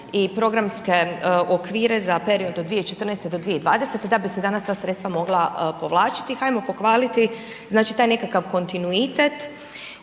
i programske okvire za period od 2014.-2020. da bi se danas ta sredstva mogla povlačiti. Hajmo pohvaliti znači taj nekakav kontinuitet